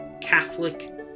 Catholic